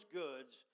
goods